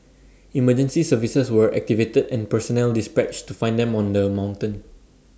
emergency services were activated and personnel dispatched to find them on the mountain